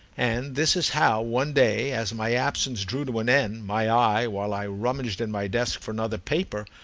and this is how, one day as my absence drew to an end, my eye, while i rummaged in my desk for another paper,